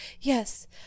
Yes